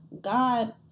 God